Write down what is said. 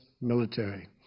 military